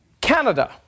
Canada